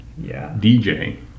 DJ